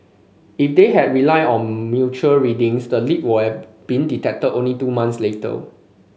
if they had relied on mutual readings the leak will have been detected only two months later